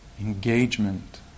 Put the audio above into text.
engagement